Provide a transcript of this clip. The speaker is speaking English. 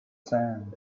sand